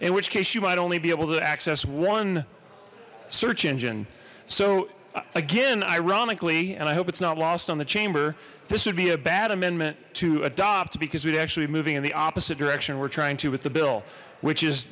in which case you might only be able to access one search engine so again ironically and i hope it's not lost on the chamber this would be a bad omen to adopt because we're actually moving in the opposite direction we're trying to with the bill which is